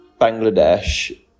Bangladesh